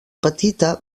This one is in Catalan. petita